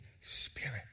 Spirit